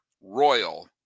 royal